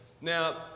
Now